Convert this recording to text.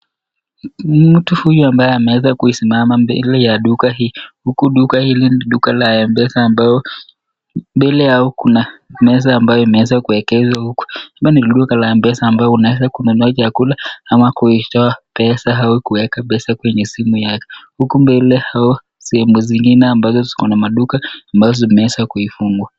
Mtu huyu ambaye ameweza kuisimama mbele ya duka hii huku duka hili ni duka la Mpesa ambao mbele yao kuna meza ambayo imewekezwa huku. Hapa ni duka la Mpesa ambayo unaweza kununua chakula ama kuitoa pesa au kueka pesa kwemye simu yake. Huku mbele au sehemu zingine ambayo ziko na maduka ambazo zimeweza kuifunga